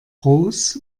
groß